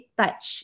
touch